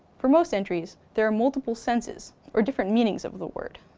for most entries there are multiple senses or different meanings of the word.